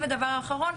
ודבר אחרון,